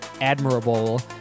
admirable